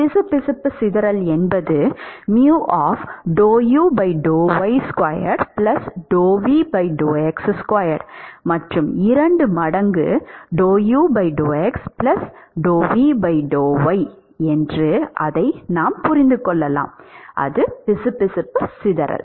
பிசுபிசுப்பு சிதறல் என்பது மற்றும் இரண்டு மடங்கு அது பிசுபிசுப்பு சிதறல்